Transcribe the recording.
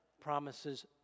promises